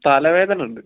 തലവേദന ഉണ്ട്